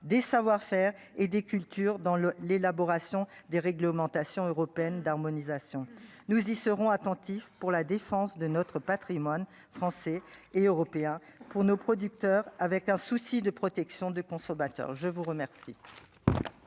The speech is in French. des savoir-faire et des cultures dans le l'élaboration des réglementations européennes d'harmonisation, nous y serons attentifs pour la défense de notre Patrimoine français et européens pour nos producteurs avec un souci de protection des consommateurs, je vous remercie.